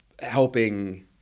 helping